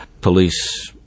police